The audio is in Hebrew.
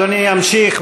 אדוני ימשיך.